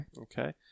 Okay